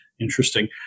Interesting